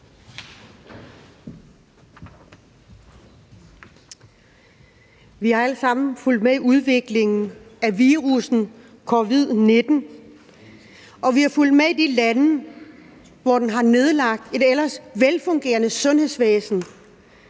Vi har alle sammen fulgt med i udviklingen af virussen covid-19, og vi har fulgt med i de lande, hvor den har nedlagt et ellers velfungerende sundhedsvæsen.